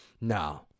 no